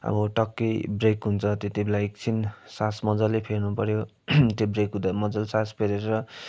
अब टक्कै ब्रेक हुन्छ त्यति बेला एकछिन सास मजाले फेर्नु पऱ्यो त्यो ब्रेक हुँदा मजाले सास फेरेर